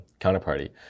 Counterparty